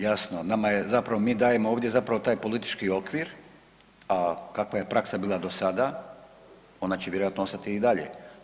Jasno, nama je, zapravo mi dajemo ovdje zapravo taj politički okvir, a kakva je praksa bila do sada, ona će vjerojatno ostati i dalje.